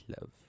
Love